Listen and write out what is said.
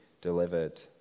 delivered